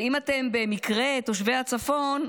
אם אתם במקרה תושבי הצפון,